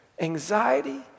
Anxiety